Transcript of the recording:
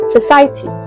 Society